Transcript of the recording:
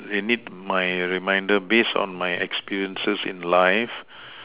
they need my reminder based on my experiences in life